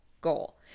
goal